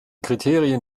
kriterien